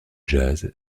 jazz